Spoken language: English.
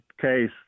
case